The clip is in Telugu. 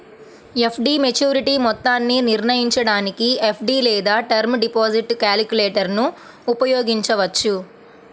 ఎఫ్.డి మెచ్యూరిటీ మొత్తాన్ని నిర్ణయించడానికి ఎఫ్.డి లేదా టర్మ్ డిపాజిట్ క్యాలిక్యులేటర్ను ఉపయోగించవచ్చు